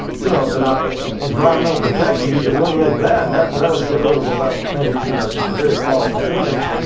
you know and environmental protection you can eliminate that yeah that would get rid of about maybe you know just a very small percentage,